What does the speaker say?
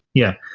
yeah,